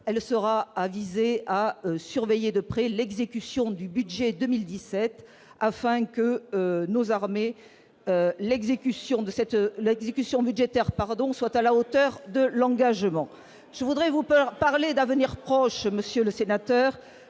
elle sera avisée à surveiller de près l'exécution du budget 2017 afin que nos armées, l'exécution de cette le exécution budgétaire pardon soit à la hauteur de l'engagement, je voudrais vous peur parler d'avenir proche, monsieur le sénateur,